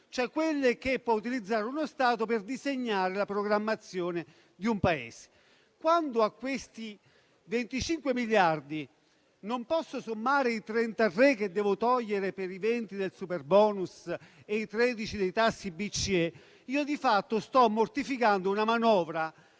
cioè quelle che uno Stato può utilizzare per disegnare la programmazione di un Paese. Quando a questi 25 miliardi non posso sommare i 33 che devo togliere per i 20 del superbonus e i 13 dei tassi BCE, di fatto io sto mortificando una manovra